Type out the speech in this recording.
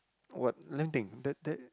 what let me think that that